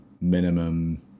minimum